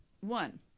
One